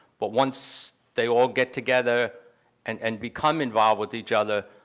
but once they all get together and and become involved with each other,